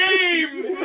Games